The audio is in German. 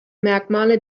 merkmale